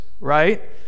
right